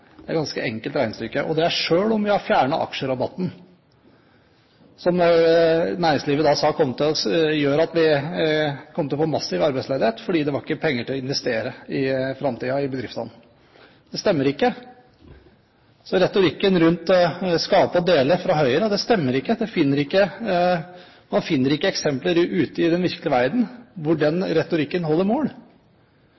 er et ganske enkelt regnestykke, og det selv om vi tar med at vi har fjernet aksjerabatten. Næringslivet kom til oss og sa at vi kom til å få massiv arbeidsledighet om vi fjernet den, fordi det ikke ville bli penger til å investere i bedriftene i framtiden. Det stemmer ikke. Retorikken fra Høyre rundt det å skape og dele stemmer ikke. Man finner ikke eksempler ute i den virkelige verden hvor den